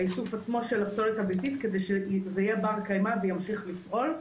האיסוף עצמו של הפסולת הביתית כדי שזה יהיה בר קיימא וימשיך לפעול.